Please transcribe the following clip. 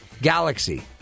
Galaxy